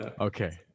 okay